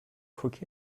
cook